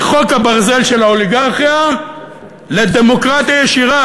מחוק הברזל של האוליגרכיה לדמוקרטיה ישירה,